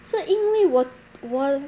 是因为我我